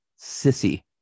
sissy